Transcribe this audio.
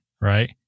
right